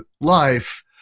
life